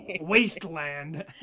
wasteland